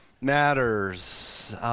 Matters